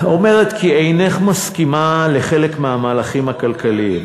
אומרת כי אינך מסכימה לחלק מהמהלכים הכלכליים.